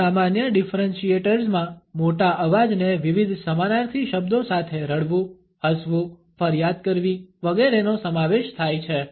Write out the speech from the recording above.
વધુ સામાન્ય ડિફરન્શીએટર્સમાં મોટા અવાજને વિવિધ સમાનાર્થી શબ્દો સાથે રડવું હસવું ફરિયાદ કરવી વગેરેનો સમાવેશ થાય છે